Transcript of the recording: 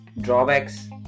drawbacks